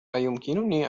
أيمكنني